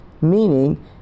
meaning